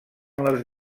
les